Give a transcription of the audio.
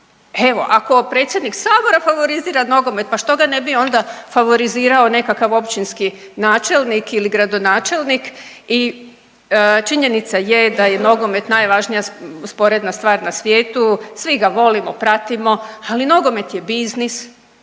Evo, ako predsjednik sabora favorizira nogomet pa što ga ne bi onda favorizirao nekakav općinski načelnik ili gradonačelnik i činjenica je da je nogomet najvažnija sporedna stvar na svijetu, svi ga volimo, pratimo, ali nogomet je biznis